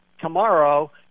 tomorrow